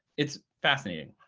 it's fascinating.